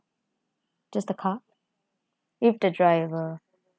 just the car with the driver